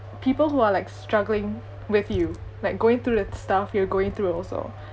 people who are like struggling with you like going through the stuff you're going through also